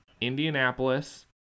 Indianapolis